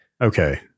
Okay